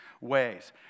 ways